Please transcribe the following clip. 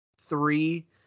three